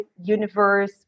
universe